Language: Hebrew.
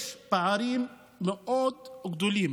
יש פערים מאוד גדולים